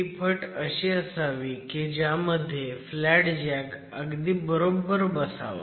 ही फट अशी असावी की ज्यामध्ये फ्लॅट जॅक अगदी बरोब्बर बसावा